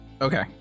Okay